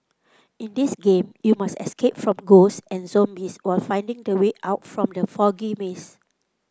in this game you must escape from ghosts and zombies while finding the way out from the foggy maze